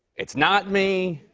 it's not me.